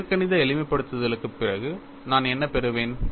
இயற்கணித எளிமைப்படுத்தலுக்குப் பிறகு நான் என்ன பெறுவேன்